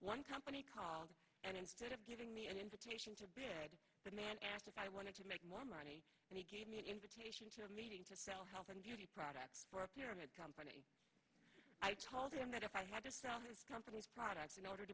one company called and instead of giving me an invitation to the man asked if i wanted to make more money and he gave me an invitation to a meeting to sell health and beauty products for a pyramid company i told him that if i had to sell his company's products in order